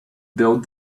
build